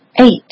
Eight